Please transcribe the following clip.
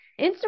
Instagram